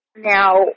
Now